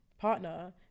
partner